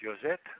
Josette